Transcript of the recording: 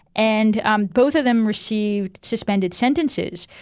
and um both of them received suspended sentences,